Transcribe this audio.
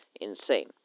insane